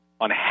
on